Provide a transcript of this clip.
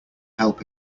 help